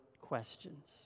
questions